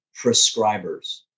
prescribers